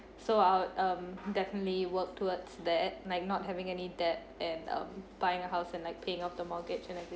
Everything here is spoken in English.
so I'll um definitely work towards that like not having any debt and um buying a house and like paying off the mortgage and everything